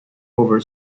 over